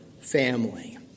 family